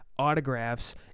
autographs